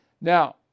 Now